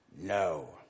no